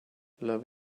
love